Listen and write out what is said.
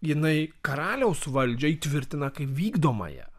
jinai karaliaus valdžią įtvirtina kaip vykdomąją